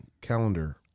calendar